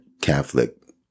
catholic